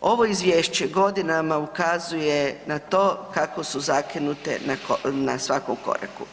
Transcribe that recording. ovo izvješće godinama ukazuje na to kako su zakinute na svakom koraku.